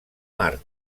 mart